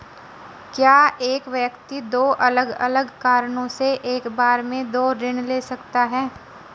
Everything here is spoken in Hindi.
क्या एक व्यक्ति दो अलग अलग कारणों से एक बार में दो ऋण ले सकता है?